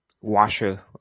washer